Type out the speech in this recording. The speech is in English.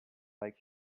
like